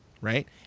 Right